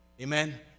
Amen